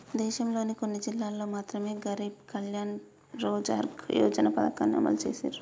దేశంలోని కొన్ని జిల్లాల్లో మాత్రమె గరీబ్ కళ్యాణ్ రోజ్గార్ యోజన పథకాన్ని అమలు చేసిర్రు